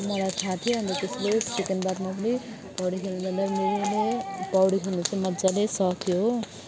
मलाई थाहा थियो अन्त त्यसले सेकेन्ड बादमा पनि पौडी खेल्नु जाँदा मैले पौडी खेल्न चाहिँ मजाले सकेँ